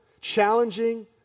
challenging